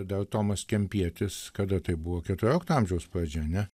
dar tomas kempietis kada tai buvo keturiolikto amžiaus pradžia ane